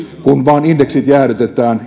vain indeksit jäädytetään